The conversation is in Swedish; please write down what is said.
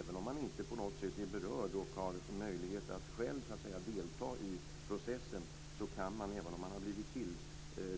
Även om man inte på något sätt är berörd eller har möjlighet att själv delta i processen kan man, om man har blivit